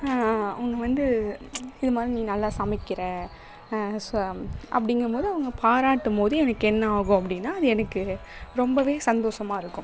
அவங்க வந்து இதுமாதிரி நீ நல்லா சமைக்கிறே ச அப்படிங்கபோது அவங்கள் பாராட்டும்போது எனக்கு என்னாகும் அப்படின்னால் அது எனக்கு ரொம்பவே சந்தோஷமாக இருக்கும்